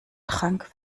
trank